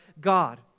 God